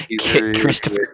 christopher